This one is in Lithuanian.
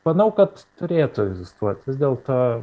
manau kad turėtų egzistuoti vis dėlto